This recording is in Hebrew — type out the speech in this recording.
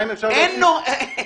אין נוהג.